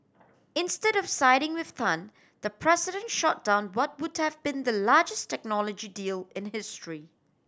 instead of siding with Tan the president shot down what would have been the largest technology deal in history